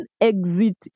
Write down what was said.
exit